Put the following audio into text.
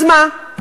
אז מה?